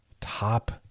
top